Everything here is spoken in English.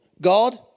God